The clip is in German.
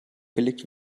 belegt